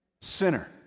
sinner